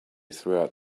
throughout